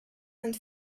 and